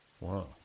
Wow